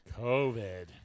COVID